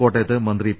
കോട്ടയത്ത് മന്ത്രി പി